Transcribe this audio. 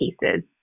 cases